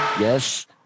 Yes